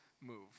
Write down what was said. move